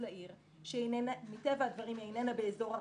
לעיר שמטבע הדברים איננה באזור הרישום.